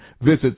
visit